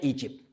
Egypt